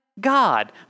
God